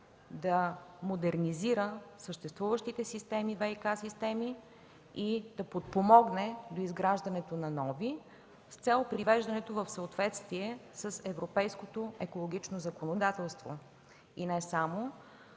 да модернизира съществуващите ВиК системи и да подпомогне доизграждането на нови с цел привеждането в съответствие с европейското екологично законодателство, и не само,